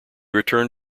returned